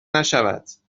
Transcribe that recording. نشوند